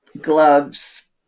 gloves